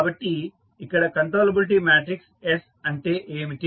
కాబట్టి ఇక్కడ controllability matrix S అంటే ఏమిటి